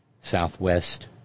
southwest